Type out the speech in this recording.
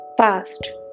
Past